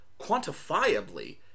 quantifiably